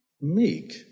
meek